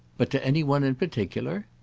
but to any one in particular?